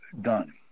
done